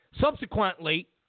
Subsequently